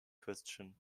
christian